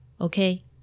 okay